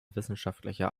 wissenschaftlicher